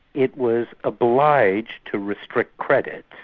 it was obliged to restrict credit,